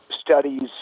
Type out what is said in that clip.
studies